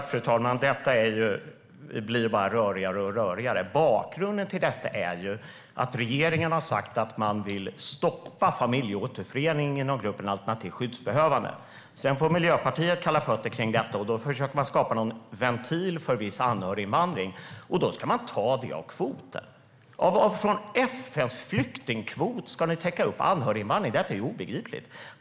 Fru talman! Detta blir ju bara rörigare och rörigare. Bakgrunden är att regeringen har sagt att man vill stoppa familjeåterförening inom gruppen alternativt skyddsbehövande. Sedan får Miljöpartiet kalla fötter kring detta, och då försöker man skapa någon ventil för viss anhöriginvandring. Då ska man ta det av kvoten - från FN:s flyktingkvot ska ni täcka upp anhöriginvandringen! Detta är ju obegripligt.